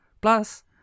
Plus